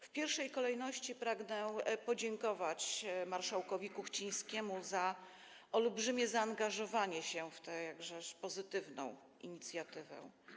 W pierwszej kolejności pragnę podziękować marszałkowi Kuchcińskiemu za olbrzymie zaangażowanie się w tę jakżeż pozytywną inicjatywę.